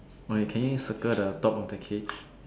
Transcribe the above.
okay can you circle the top of the cage